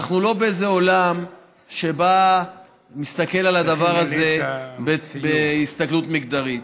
אנחנו לא באיזה עולם שמסתכל על הדבר הזה בהסתכלות מגדרית,